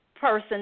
person